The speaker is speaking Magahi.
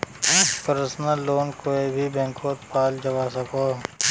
पर्सनल लोन कोए भी बैंकोत पाल जवा सकोह